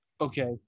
Okay